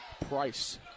Price